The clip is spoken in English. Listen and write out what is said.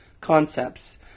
concepts